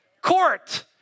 Court